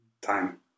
time